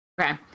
Okay